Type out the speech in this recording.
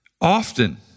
Often